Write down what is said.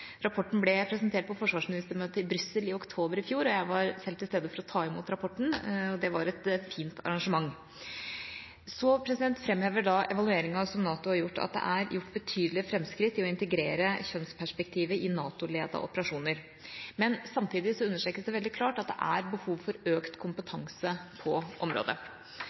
Rapporten ble presentert på forsvarsministermøtet i Brussel i oktober i fjor, og jeg var selv til stede for å ta imot rapporten, og det var et fint arrangement. Evalueringa som NATO har gjort, framhever at det er gjort betydelige framskritt i å integrere kjønnsperspektivet i NATO-ledede operasjoner. Men samtidig understrekes det veldig klart at det er behov for økt kompetanse på området.